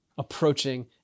approaching